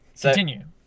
Continue